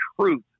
truth